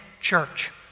church